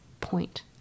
point